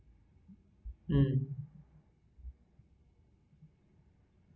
um